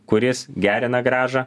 kuris gerina grąžą